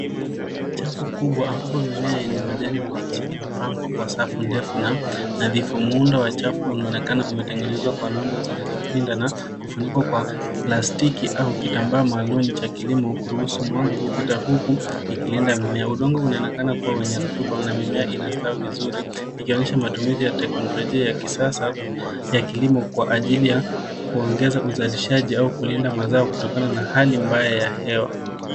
Chafu kubwa ambapo mimema yenye majani mabichi imepangwa kwa safu ndefu na nadhifu. Muundo wa chafu unaonekana umetengenezwa kwa nundu zilizopinda na kufunikwa kwa plastiki au kitambaa muhimu cha ilimo kuruhusu mwanga kupita huku ikilinda mimea. Udongo unaonekana kuwa wenye rotuba na mimea inastawi vizuri ikionyesha matumizi ya teknolojia ya kisasa ya kilimo kwa ajili ya kuongeza uzalishaji au kulinda mazao kutokana na hali mbaya ya hewa.